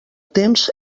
temps